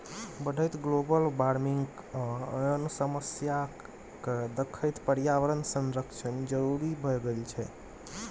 बढ़ैत global warming आ आन समस्या केँ देखैत पर्यावरण संरक्षण जरुरी भए गेल छै